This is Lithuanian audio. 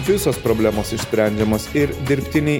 visos problemos išsprendžiamos ir dirbtinį